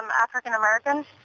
African-American